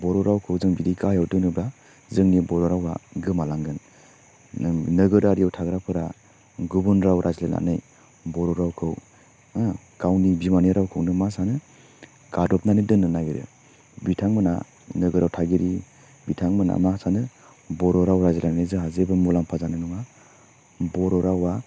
बर' रावखौ जों बिदि गाहायाव दोनोब्ला जोंनि बर' रावा गोमालांगोन नों नोगोरारियाव थाग्राफोरा गुबु राव रायज्लायनानै बर' रावखौ गावि बिमानि रावखौनो मा सानो गादबनानै दोन्नो नागेरो बिथांमोना नोगोराव थागिरि बिथांमोना मा सानो बर' राव रायज्लायनानै जोंहा जेबो मुलाम्फा जानाय नङा बर' रावा